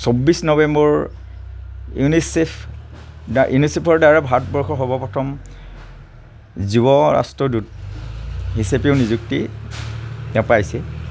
চৌব্বিছ November UNICEF ইউনিচেফৰ দ্বাৰা ভাৰতবৰ্ষৰ সৰ্বপ্ৰথম যুৱৰাষ্ট্ৰদূত হিচাপেও নিযুক্তি তেওঁ পাইছে